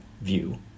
view